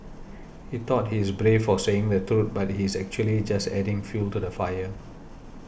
he thought he's brave for saying the truth but he's actually just adding fuel to the fire